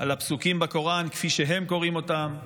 על הפסוקים בקוראן כפי שהם קוראים אותם,